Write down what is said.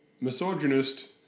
misogynist